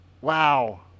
Wow